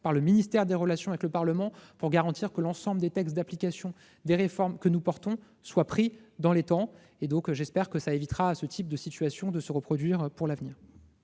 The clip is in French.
par le ministère des relations avec le Parlement, pour garantir que l'ensemble des textes d'application des réformes que nous portons soient pris dans les temps. J'espère que cela évitera que ce type de situation ne se reproduise à l'avenir.